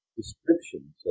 descriptions